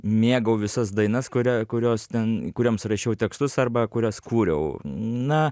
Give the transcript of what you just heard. mėgau visas dainas kuria kurios ten kurioms rašiau tekstus arba kurias kūriau na